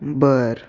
बरं